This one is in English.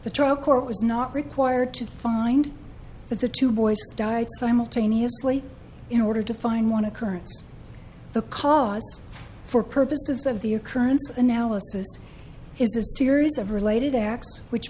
was not required to find that the two boys died simultaneously in order to find one occurrence the cause for purposes of the occurrence analysis is a series of related acts which